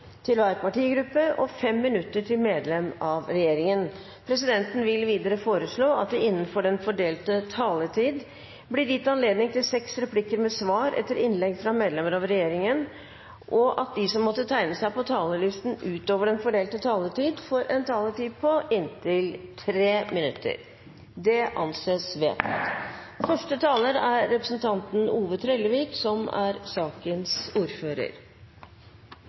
til 5 minutter til hver partigruppe og 5 minutter til medlem av regjeringen. Presidenten vil videre foreslå at det blir gitt anledning til seks replikker med svar etter innlegg fra medlemmer av regjeringen innenfor den fordelte taletid, og at de som måtte tegne seg på talerlisten utover den fordelte taletid, får en taletid på inntil 3 minutter. – Det anses vedtatt. Ingunn Foss er sakens ordfører,